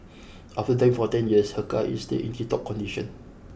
after driving for ten years her car is still in tiptop condition